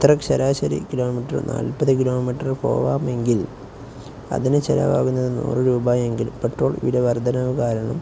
ഇത്രയ്ക്കു ശരാശരി kilometre നാൽപത് kilometre പോവാമെങ്കിൽ അതിനു ചെലവാകുന്നത് നൂറു രൂപയെങ്കിൽ പെട്രോൾ വിലവർധനവു കാരണം